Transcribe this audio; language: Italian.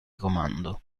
comando